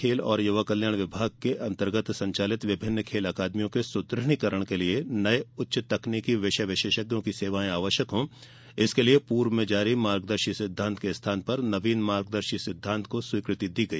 खेल और यूवा कल्याण विभाग के अन्तर्गत संचालित विभिन्न खेल अकादमियों के सुद्दढ़ीकरण के लिए नये उच्च तकनीकी विषय विशेषज्ञों की सेवाएं आवश्यक हों इसके लिए पूर्व में जारी मार्गदर्शी सिद्धांत के स्थान पर नवीन मार्गदर्शी सिद्धात की स्वीकृति दी गई